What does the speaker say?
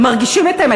הם מרגישים את האמת.